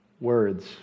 words